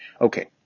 Okay